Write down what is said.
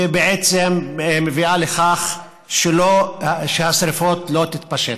ובעצם מביאה לכך שהשרפות לא תתפשטנה.